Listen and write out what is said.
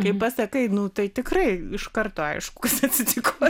kai pasakai nu tai tikrai iš karto aišku kas atsitiko